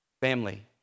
family